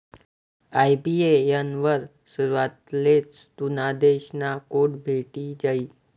IBAN वर सुरवातलेच तुना देश ना कोड भेटी जायी